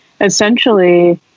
Essentially